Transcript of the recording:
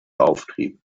auftrieb